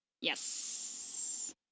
Yes